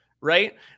right